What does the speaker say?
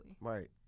Right